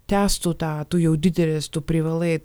tęstų tą tu jau didelis tu privalai